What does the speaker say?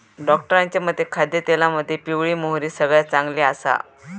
डॉक्टरांच्या मते खाद्यतेलामध्ये पिवळी मोहरी सगळ्यात चांगली आसा